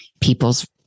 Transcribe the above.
people's